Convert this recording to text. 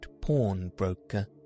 pawnbroker